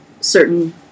certain